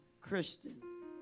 Christian